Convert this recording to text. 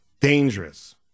Dangerous